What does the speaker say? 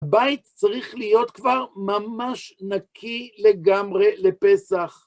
בית צריך להיות כבר ממש נקי לגמרי לפסח.